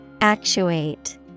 Actuate